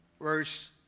Verse